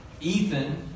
Ethan